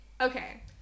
okay